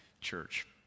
church